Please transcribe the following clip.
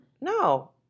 No